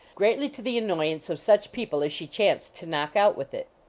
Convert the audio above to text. greatly to the annoyance of such people as she chanced to knock out with it.